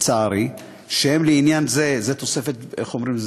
לצערי, שהם לעניין זה, איך אומרים?